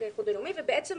מתקיימים